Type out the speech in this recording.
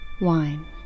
wine